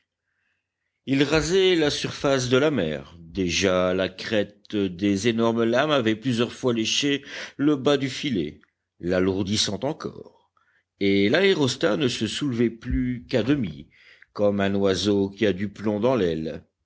il rasait la surface de la mer déjà la crête des énormes lames avait plusieurs fois léché le bas du filet l'alourdissant encore et l'aérostat ne se soulevait plus qu'à demi comme un oiseau qui a du plomb dans l'aile